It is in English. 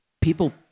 people